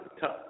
tough